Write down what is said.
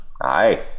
Aye